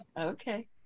okay